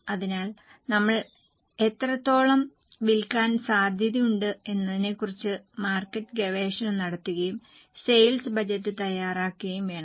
അതിനാൽ നമ്മൾ എത്രത്തോളം വിൽക്കാൻ സാധ്യതയുണ്ട് എന്നതിനെക്കുറിച്ച് മാർക്കറ്റ് ഗവേഷണം നടത്തുകയും സെയിൽസ് ബജറ്റ് തയ്യാറാക്കുകയും വേണം